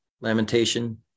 lamentation